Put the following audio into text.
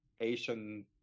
Asian